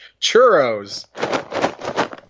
churros